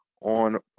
on